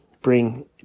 bring